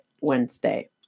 wednesday